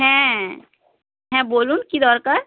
হ্যাঁ হ্যাঁ বলুন কী দরকার